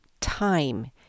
time